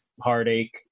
heartache